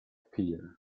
peer